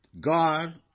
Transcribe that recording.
God